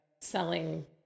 selling